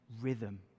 rhythm